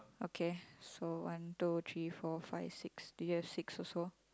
okay so one two three four five six do you have six also